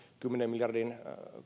kymmenen miljardin